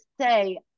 say